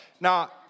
Now